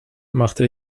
machte